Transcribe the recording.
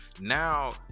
now